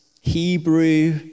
Hebrew